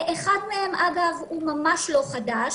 אחד מהם הוא ממש לא חדש.